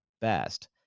best